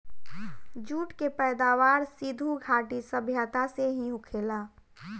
jute के पैदावार सिधु घाटी सभ्यता से ही होखेला